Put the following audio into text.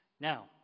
Now